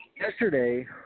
Yesterday